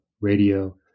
radio